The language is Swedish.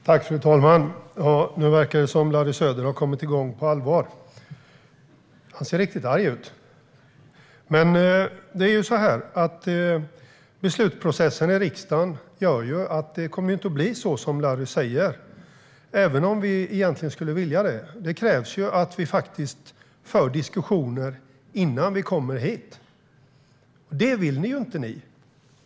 Fru talman! Nu verkar det som att Larry Söder har kommit igång på allvar - han ser riktigt arg ut. Men det är så här: Beslutsprocessen i riksdagen gör att det inte kommer att bli så som Larry säger, även om vi egentligen skulle vilja det. Det krävs att vi faktiskt för diskussioner innan vi kommer hit. Det vill inte ni, Larry Söder.